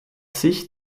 sicht